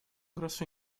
grosso